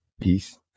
Peace